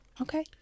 Okay